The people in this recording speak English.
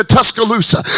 Tuscaloosa